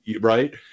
right